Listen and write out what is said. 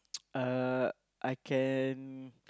uh I can